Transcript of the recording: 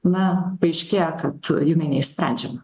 na paaiškėja kad jinai neišsprendžiama